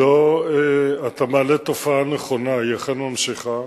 אתה מעלה תופעה נכונה, והיא אכן נמשכת.